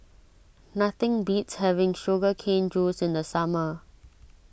nothing beats having Sugar Cane Juice in the summer